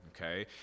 okay